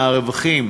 הרווחים